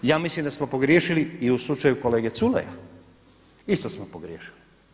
Ja mislim da smo pogriješili i u slučaju kolege Culeja, isto smo pogriješili.